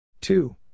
Two